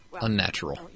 unnatural